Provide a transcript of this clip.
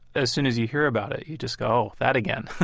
as soon as you hear about it, you just go, that again.